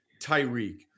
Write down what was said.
Tyreek